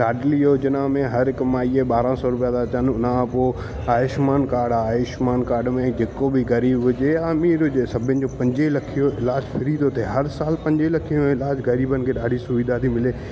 लाडली योजना में हर हिकु माई ए ॿारहं सौ रुपिया त अचनि उन खां पोइ आयुषमान काड आहे आयुषमान काड में जेको बि गरीब हुजे या अमीर हुजे सभिनि जो पंजे लखे जो इलाज फ्री थो थिए हर साल पंजे लखे जो इलाज गरीबनि खे ॾाढी सुविधा थी मिले